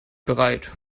bereit